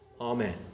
Amen